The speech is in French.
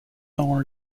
dans